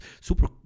super